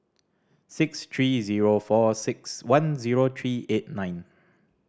six three zero four six one zero three eight nine